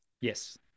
Yes